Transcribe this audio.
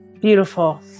Beautiful